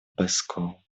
пэскоу